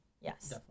yes